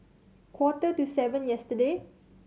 quarter to seven yesterday